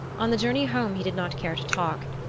on the journey home he did not care to talk,